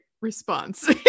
response